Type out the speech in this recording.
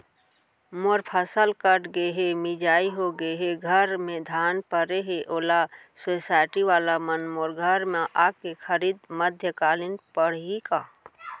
मोर फसल कट गे हे, मिंजाई हो गे हे, घर में धान परे हे, ओला सुसायटी वाला मन मोर घर म आके खरीद मध्यकालीन पड़ही का?